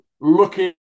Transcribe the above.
looking